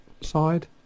side